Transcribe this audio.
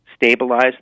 stabilize